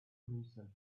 himself